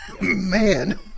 Man